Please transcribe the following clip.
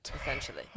essentially